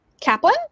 Kaplan